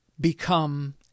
become